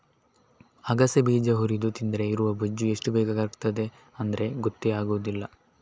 ಅಗಸೆ ಬೀಜ ಹುರಿದು ತಿಂದ್ರೆ ಇರುವ ಬೊಜ್ಜು ಎಷ್ಟು ಬೇಗ ಕರಗ್ತದೆ ಅಂದ್ರೆ ಗೊತ್ತೇ ಆಗುದಿಲ್ಲ